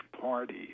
party